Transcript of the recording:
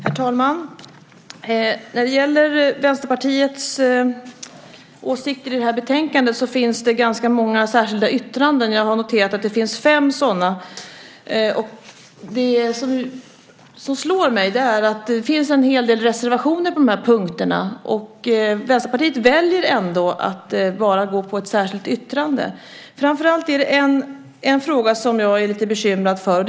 Herr talman! När det gäller Vänsterpartiets åsikter i det här betänkandet finns det ganska många särskilda yttranden. Jag har noterat att det finns fem sådana. Det slår mig att det finns en hel del reservationer på de här punkterna. Vänsterpartiet väljer ändå att bara göra ett särskilt yttrande. Framför allt är det en fråga som jag är lite bekymrad över.